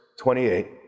28